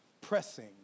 Pressing